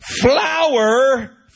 flower